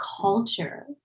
culture